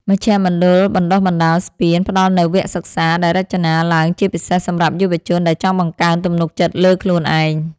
មជ្ឈមណ្ឌលបណ្ដុះបណ្ដាលស្ពាន ផ្ដល់នូវវគ្គសិក្សាដែលរចនាឡើងជាពិសេសសម្រាប់យុវជនដែលចង់បង្កើនទំនុកចិត្តលើខ្លួនឯង។